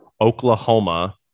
Oklahoma